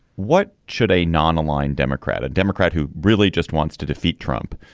what should a non-aligned democrat a democrat who really just wants to defeat trump.